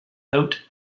out